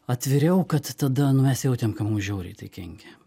atviriau kad tada nu mes jautėm kad mums žiauriai tai kenkia